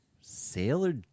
Sailor